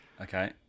Okay